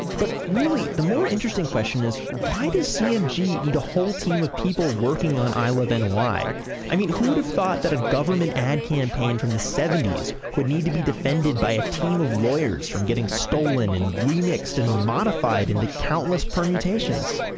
but really, the more interesting question is why does cmg need a whole team of people working on i love and ny? i mean who would have thought that a government ad campaign from the seventy s would need to be defended by a team of lawyers from getting stolen and remixed and modified into countless permutations?